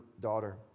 daughter